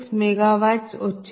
96 MW వచ్చింది